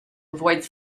avoid